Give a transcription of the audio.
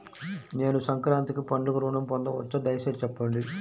నేను సంక్రాంతికి పండుగ ఋణం పొందవచ్చా? దయచేసి చెప్పండి?